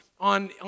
on